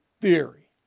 theory